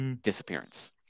disappearance